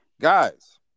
guys